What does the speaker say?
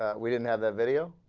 ah we didn't have a video